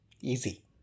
easy